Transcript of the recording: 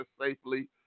safely